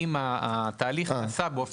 אם התהליך שנעשה בו.